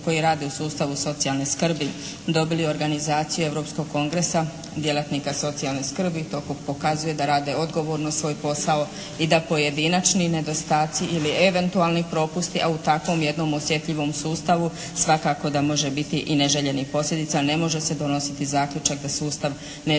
koji rade u sustavu socijalne skrbi dobili organizacije europskog kongresa, djelatnika socijalne skrbi, to pokazuje da rade odgovorno svoj posao i da pojedinačni nedostaci ili eventualni propusti, a u takvom jednom osjetljivom sustavu svakako da može biti i neželjenih posljedica, a ne može se donositi zaključak da sustav ne